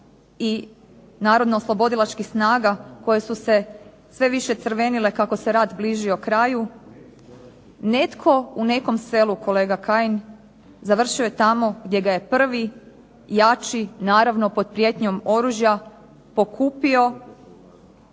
i Narodnooslobodilačkih snaga koje su se sve više crvenile kako se rat bližio kraju, netko u nekom selu kolega Kajin završio je tamo gdje ga je prvi, jači naravno pod prijetnjom oružja pokupio